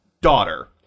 daughter